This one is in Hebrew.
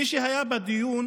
מי שהיה בדיון,